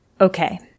Okay